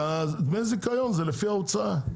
שדמי הזיכיון זה לפי ההוצאה.